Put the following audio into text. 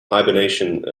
hibernation